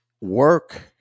work